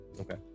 okay